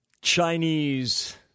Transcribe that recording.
Chinese